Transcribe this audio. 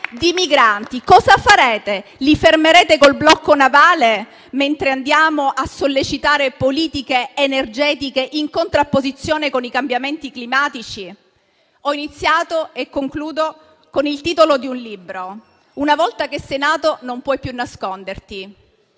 di migranti. Cosa farete allora? Li fermerete col blocco navale, mentre andiamo a sollecitare politiche energetiche in contrapposizione con i cambiamenti climatici? Ho iniziato e concludo con il titolo di un libro: «Quando sei nato non puoi più nasconderti».